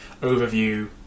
Overview